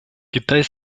китай